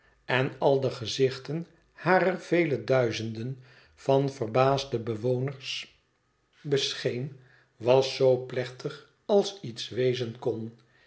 en al de gezichten harer vele duizenden van verbaasde bewoners zijn eu twee van haar bescheen was zoo plechtig als iets wezen kon